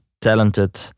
talented